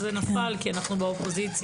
זה נפל כי אנחנו באופוזיציה.